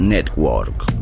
Network